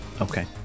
Okay